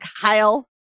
Kyle